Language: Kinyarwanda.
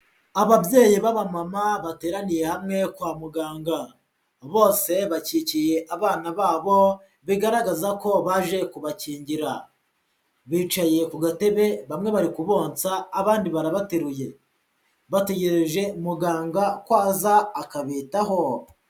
Ababyeyi b'abamama bateraniye hamwe kwa muganga, bose bakikiye abana babo bigaragaza ko baje kubakingira, bicaye ku gatebe bamwe bari kubonsa abandi barabateruye, bategereje muganga ko aza akabitaho.